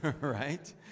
right